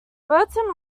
burton